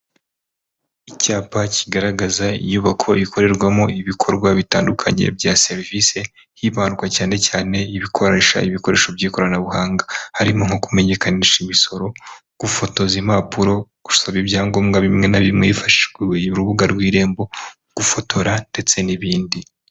Icyapa kigaragaza inyubako ikorerwamo ibikorwa bitandukanye bya serivisi hibandwa cyane cyane ibikoresha ibikoresho by'ikoranabuhanga, harimo nko kumenyekanisha imisoro, gufotoza impapuro, gusaba ibyangombwa bimwe na bimwe hifashishijwe urubuga rw'Irembo, gufotora ndetse n'ibindi.